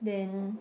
then